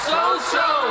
So-so